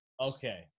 okay